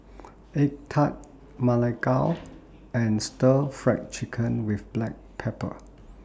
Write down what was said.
Egg Tart Ma Lai Gao and Stir Fry Chicken with Black Pepper